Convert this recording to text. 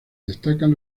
destacan